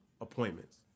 appointments